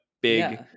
big